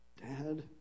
Dad